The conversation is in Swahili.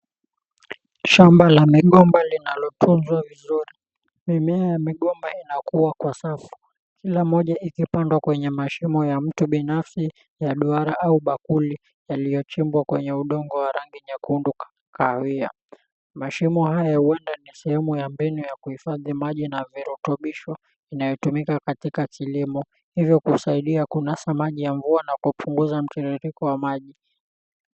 Shamba la migomba lina linalo tunzwa vizuri, mimea ya migomba inakua kwa sasa, kila moja ikipandwa kwenye mashimo ya mtu binafsi ya duara au bakuli yaliyochimbwa kwenye udongo wa rangi nyekundu kahawia, mashimo haya huenda ni sehemu ya mbinu ya kuhifadhi maji na virutubisho inayotumika katika kilimo hivyo kusaidia kunasa maji ya mvua na kupunguza mtiririko wa maji.